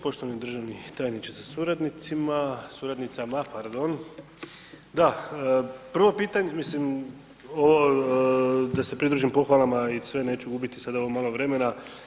Poštovani državni tajniče sa suradnicima, suradnicama pardon, da, prvo pitanje, mislim da se pridružim pohvalama i sve neću gubiti sad ovo malo vremena.